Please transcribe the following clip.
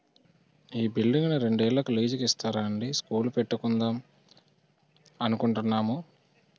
ఈ బిల్డింగును రెండేళ్ళకి లీజుకు ఇస్తారా అండీ స్కూలు పెట్టుకుందాం అనుకుంటున్నాము